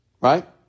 Right